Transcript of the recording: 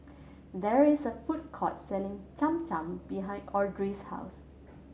there is a food court selling Cham Cham behind Audrey's house